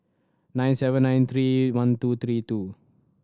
nine seven five three one two three two